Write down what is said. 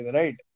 right